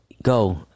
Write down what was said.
Go